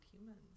humans